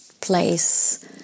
place